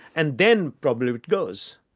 and then probably, it goes.